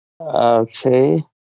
Okay